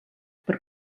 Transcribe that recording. per